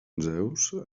zeus